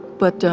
but,